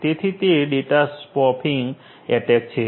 તેથી તે data spoofing attack છે